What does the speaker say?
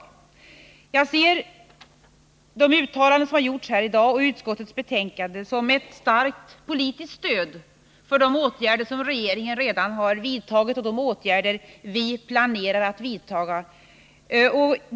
I Jag ser de uttalanden som i dag har gjorts och utskottets betänkande som ett starkt politiskt stöd för de åtgärder som regeringen redan har vidtagit och 49 för de åtgärder som vi planerar att vidta.